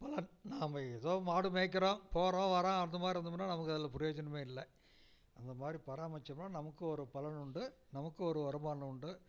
பலன் நம்ம ஏதோ மாடு மேய்க்கிறோம் போகிறோம் வர்றோம் அந்த மாதிரி இருந்தோமுனா நமக்கு அதில் பிரயோஜனமுமே இல்லை அந்த மாதிரி பராமரித்தோம்னா நமக்கும் ஒரு பலன் உண்டு நமக்கும் ஒரு வருமானம் உண்டு